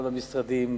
גם למשרדים,